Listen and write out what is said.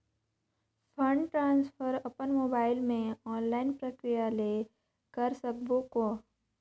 Fund transfer अपन mobile मे online प्रक्रिया ले कर सकबो कौन?